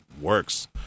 works